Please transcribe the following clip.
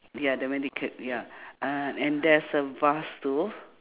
ya the medical ya uhh and there's a vase too